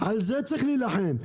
על זה צריך להילחם,